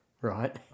right